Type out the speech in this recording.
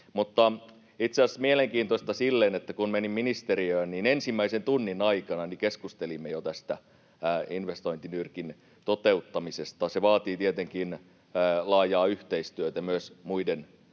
Itse asiassa on mielenkiintoista, että kun menin ministeriöön, niin ensimmäisen tunnin aikana keskustelimme jo tästä investointinyrkin toteuttamisesta. Se vaatii tietenkin laajaa yhteistyötä myös muiden ministeriöiden